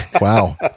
Wow